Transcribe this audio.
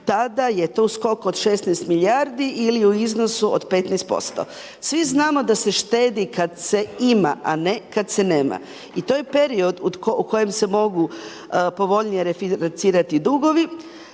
tada je to skok od 16 milijardi ili u iznosu od 15%. Svi znamo da se štedi kad se ima, a ne kad se nema, i to je period u kojem se mogu povoljnije refinancirati dugovi